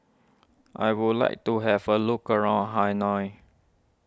I would like to have a look around Hanoi